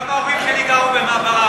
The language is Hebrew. גם ההורים שלי גרו במעברה,